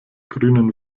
grünen